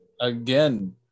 Again